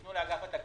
תפנו לאגף התקציבים.